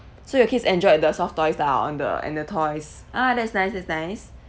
so your kids enjoyed the soft toys ah on the and the toys ah that's nice that's nice